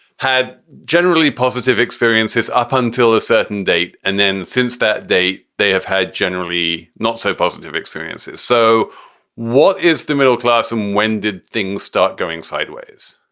had generally positive experiences up until a certain date. and then since that day, they have had generally not so positive experiences. so what is the middle class and when did things start going sideways?